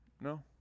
No